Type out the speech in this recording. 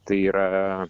tai yra